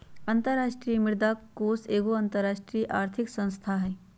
अंतरराष्ट्रीय मुद्रा कोष एगो अंतरराष्ट्रीय आर्थिक संस्था हइ